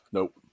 Nope